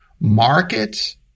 Markets